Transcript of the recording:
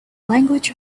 language